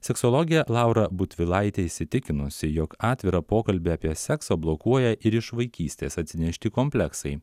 seksologė laura butvilaitė įsitikinusi jog atvirą pokalbį apie seksą blokuoja ir iš vaikystės atsinešti kompleksai